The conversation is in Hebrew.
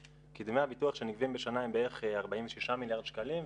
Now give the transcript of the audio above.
כי דמי הביטוח שנגבים בשנה הם בערך 46 מיליארד שקלים,